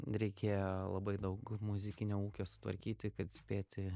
reikėjo labai daug muzikinio ūkio sutvarkyti kad spėti